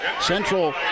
Central